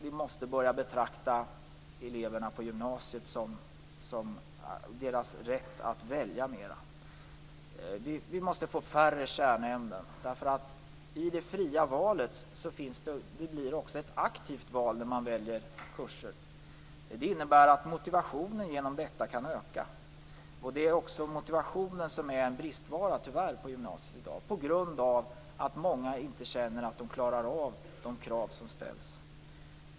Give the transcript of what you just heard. Vi måste mer beakta elevernas rätt att välja. Vi måste få färre kärnämnen. Det fria valet blir också ett aktivt val där man väljer kurser. Det innebär att motivationen genom detta kan öka. Motivationen är i dag tyvärr en bristvara på gymnasiet på grund av att många känner att de inte klarar av de krav som ställs.